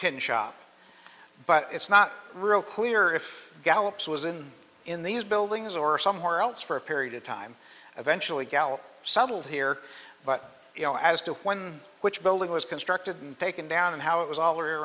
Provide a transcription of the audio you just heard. ten shop but it's not really clear if gallup's was in in these buildings or somewhere else for a period of time eventually gallop settled here but you know as to when which building was constructed and taken down and how it was all